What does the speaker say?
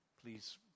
please